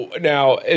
now